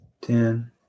ten